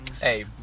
hey